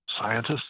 scientists